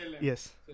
Yes